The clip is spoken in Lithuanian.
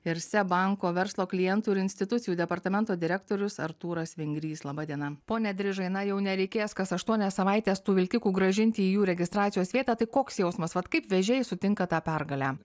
ir seb banko verslo klientų ir institucijų departamento direktorius artūras vingrys laba diena pone drižai na jau nereikės kas aštuonias savaites tų vilkikų grąžinti į jų registracijos vietą tai koks jausmas vat kaip vežėjai sutinka tą pergalę